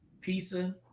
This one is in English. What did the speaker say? pizza